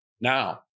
Now